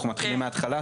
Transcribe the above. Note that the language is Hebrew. אנחנו מתחילים מההתחלה,